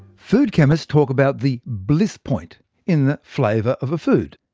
food chemists talk about the bliss point in the flavour of a food.